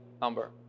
number